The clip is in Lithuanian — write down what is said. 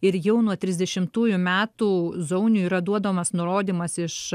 ir jau nuo trisdešimtųjų metų zauniui yra duodamas nurodymas iš